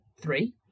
three